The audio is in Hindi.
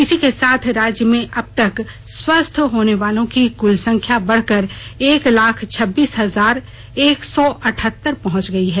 इसी के साथ राज्य में अब तक स्वस्थ होने वालों की कुल संख्या बढ़कर एक लाख छब्बीस हजार एक सौ अठहत्तर पहुंच गई है